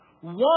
One